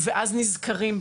אתה נוסע היום,